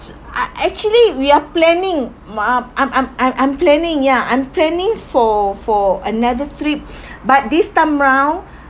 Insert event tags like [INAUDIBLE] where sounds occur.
uh actually we are planning I'm I'm I'm I'm planning ya I'm planning for for another trip [BREATH] but this time round